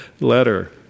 letter